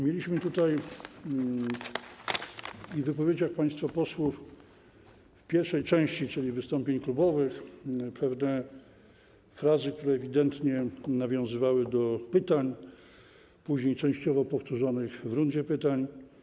Mieliśmy w wypowiedziach państwa posłów w pierwszej części, czyli w wystąpieniach klubowych, pewne frazy, które ewidentnie nawiązywały do pytań, później częściowo powtórzonych w rundzie pytań.